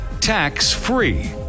tax-free